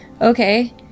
okay